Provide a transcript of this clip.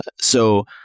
So-